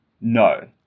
No